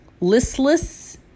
listless